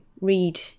read